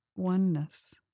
oneness